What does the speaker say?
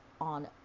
on